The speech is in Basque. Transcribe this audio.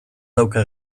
dauka